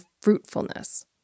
fruitfulness